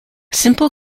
simple